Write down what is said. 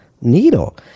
needle